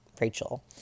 Rachel